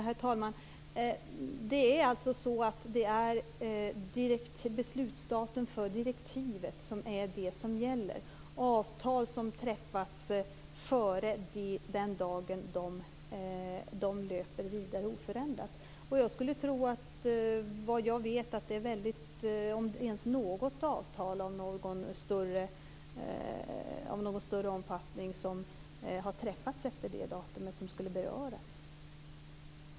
Herr talman! Det är beslutsdatum för direktivet som gäller. Avtal som träffats före den dagen löper vidare oförändrat. Jag undrar om det är något avtal av någon större omfattning som har träffats efter det datumet som skulle beröras.